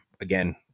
again